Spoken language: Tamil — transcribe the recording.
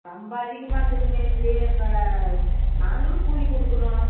ரொம்ப அதிகமாக்குது மேஸ்திரி இப்போ நாங்களும் கூலி கொடுக்கணும்